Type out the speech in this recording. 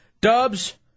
Dubs